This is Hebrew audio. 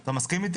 אתה מסכים איתי?